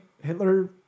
Hitler